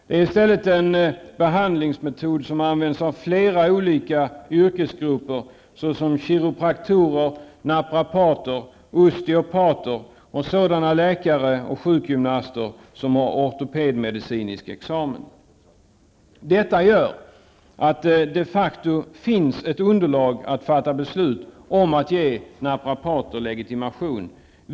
Det är en behandlingsmetod som används av flera olika yrkesgrupper, såsom kiropraktorer, naprapater, osteopater och sådana läkare och sjukgymnaster som har ortopedmedicinsk examen. Detta gör att det de facto finns ett underlag för att fatta beslut om att ge naprapater legitimation.